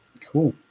Cool